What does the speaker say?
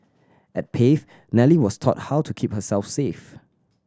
at Pave Nellie was taught how to keep herself safe